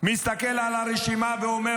מסתכל על הרשימה ואומר,